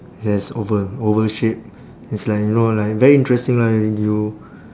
yes oval oval shape it's like you know like very interesting lah you